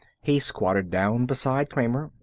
he squatted down beside kramer.